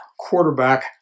quarterback